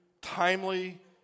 timely